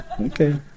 okay